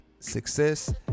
success